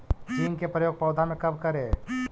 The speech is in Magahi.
जिंक के प्रयोग पौधा मे कब करे?